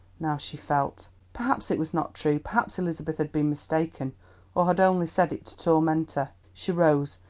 now she felt. perhaps it was not true perhaps elizabeth had been mistaken or had only said it to torment her. she rose.